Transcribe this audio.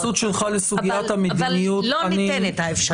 אבל לא ניתנת האפשרות הזאת.